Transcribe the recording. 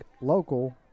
local